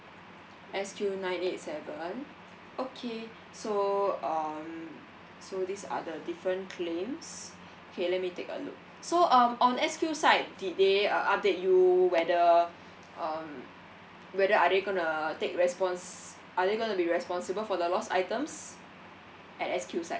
S_Q nine eight seven okay so um so these are the different claims okay let me take a look so um on S_Q side did they uh update you whether um whether are they gonna take respons~ are they gonna be responsible for the lost items at S_Q side